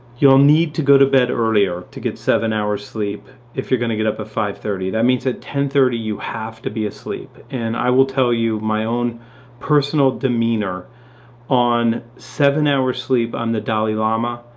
you'll need to go to bed earlier to get seven hours sleep if you're going to get up at five thirty. that means at ten thirty, you have to be asleep and i will tell you, my own personal demeanor on seven hours sleep, i'm the dalai lama.